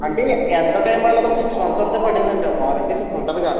అంటే ఎంతో టైమ్ పట్టలేదు ఒక సిక్స్ మంథ్స్ ఎంతో పడింది అంటే వారంటీ అవన్నీ ఉంటుందిగా